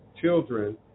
children